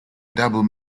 double